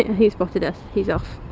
he's spotted us, he's off.